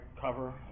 cover